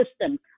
system